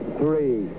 three